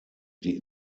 die